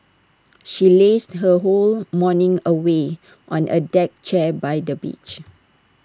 she lazed her whole morning away on A deck chair by the beach